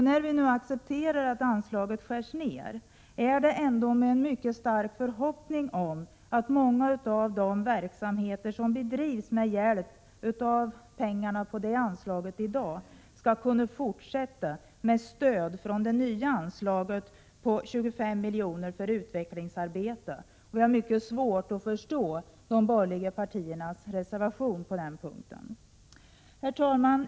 När vi nu accepterar att anslaget skärs ner är det med en stark förhoppning om att många av de verksamheter som i dag bedrivs med hjälp av pengarna på det anslaget skall kunna fortsätta med stöd från det nya anslaget på 25 milj.kr. för utvecklingsarbete. Vi har mycket svårt att förstå de borgerliga partiernas reservation på den punkten. Herr talman!